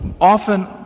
often